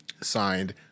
signed